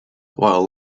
while